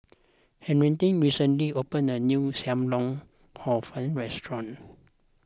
Henriette recently opened a new Sam Lau Hor Fun restaurant